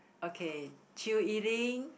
okay Chew-Yi-Ting